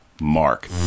mark